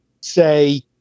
say